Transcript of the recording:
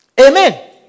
Amen